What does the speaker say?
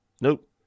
Nope